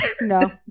No